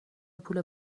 پول